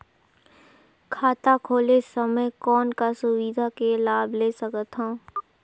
खाता खोले समय कौन का सुविधा के लाभ ले सकथव?